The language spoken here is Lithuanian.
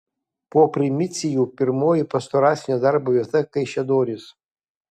po primicijų pirmoji pastoracinio darbo vieta kaišiadorys